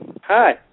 Hi